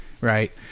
right